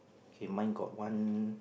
K mine got one